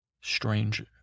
stranger